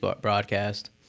broadcast